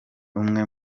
umwe